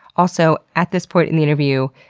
also, at this point in the interview,